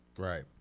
Right